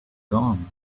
gone